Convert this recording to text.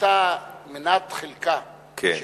שהיתה מנת חלקה של